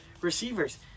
receivers